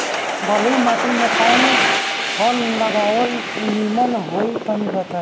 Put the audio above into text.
बलुई माटी में कउन फल लगावल निमन होई तनि बताई?